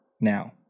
now